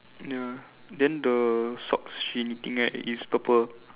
ya then the socks she knitting right is purple